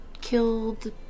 killed